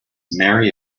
merry